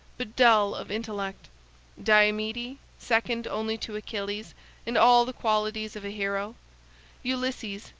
but dull of intellect diomede, second only to achilles in all the qualities of a hero ulysses,